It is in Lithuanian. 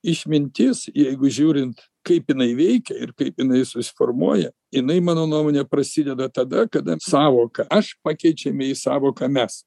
išmintis jeigu žiūrint kaip jinai veikia ir kaip jinai susiformuoja jinai mano nuomone prasideda tada kada sąvoką aš pakeičiame į sąvoką mes